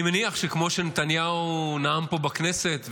אני מניח שכמו שנתניהו נאם פה בכנסת,